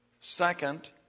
Second